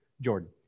Jordan